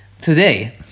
Today